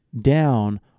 down